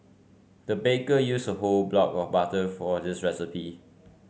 the baker used a whole block of butter for this recipe